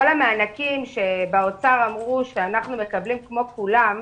על המענקים שבאוצר אמרו שאנחנו מקבלים כמו כולם,